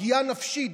פגיעה נפשית,